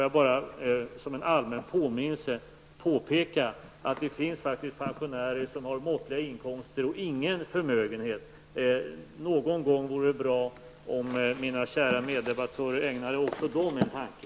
Jag vill som en allmän påminnelse påpeka att det faktiskt finns pensionärer som har måttliga inkomster och ingen förmögenhet. Det vore bra om mina kära meddebattörer någon gång ägnade också dem en tanke.